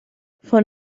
von